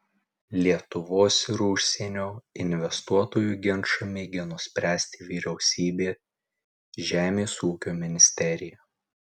lietuvos ir užsienio investuotojų ginčą mėgino spręsti vyriausybė žemės ūkio ministerija